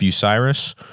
Bucyrus